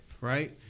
right